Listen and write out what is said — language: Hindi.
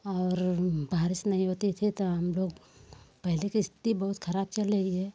और बारिश नहीं होती थी तो हम लोग पहेले के स्थिति बहुत ख़राब चल रही है